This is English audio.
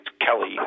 Kelly